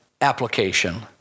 application